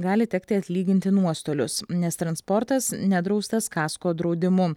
gali tekti atlyginti nuostolius nes transportas nedraustas kasko draudimu